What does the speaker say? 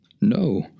No